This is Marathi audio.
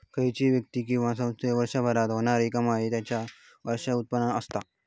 खयची व्यक्ती किंवा संस्थेची वर्षभरात होणारी कमाई त्याचा वार्षिक उत्पन्न असता